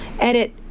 edit